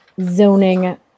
zoning